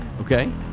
Okay